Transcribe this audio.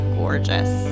gorgeous